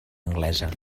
anglesa